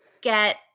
get